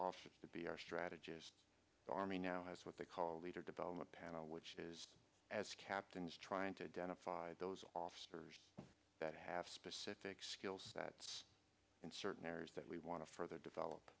officers to be our strategist the army now has what they call leader development panel which is as captains trying to identify those officers that have specific skills that in certain areas that we want to further develop